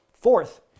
Fourth